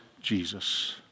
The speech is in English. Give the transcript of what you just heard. Jesus